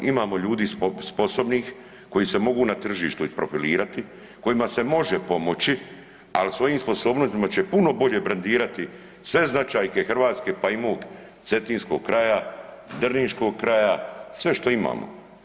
Imamo ljudi sposobnih koji se mogu na tržištu i profilirati, kojima se može pomoći, al svojim sposobnostima će puno bolje brendirati sve značajke Hrvatske, pa i mog cetinskog kraja, drniškog kraja, sve što imamo.